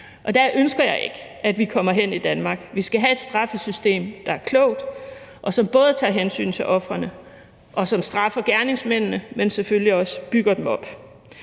Der ønsker jeg ikke at vi kommer hen i Danmark. Vi skal have et straffesystem, der er klogt, som både tager hensyn til ofrene, og som straffer gerningsmændene, men selvfølgelig også bygger dem op.